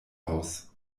aus